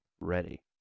ready